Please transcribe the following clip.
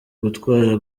gutwara